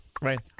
Right